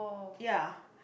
ya